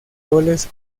goles